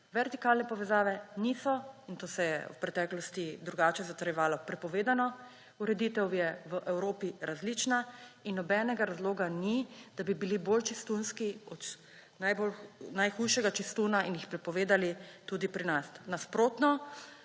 vertikalne povezave niso – in to se je v preteklosti drugače zatrjevalo – prepovedane. Ureditev je v Evropi različna in nobenega razloga ni, da bi bili bolj čistunski od najhujšega čistuna in jih prepovedali tudi pri nas. Nasprotno,